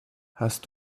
hast